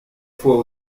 fois